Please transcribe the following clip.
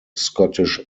scottish